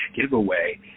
giveaway